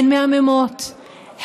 הן מהממות,